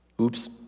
Oops